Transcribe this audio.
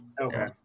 Okay